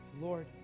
Lord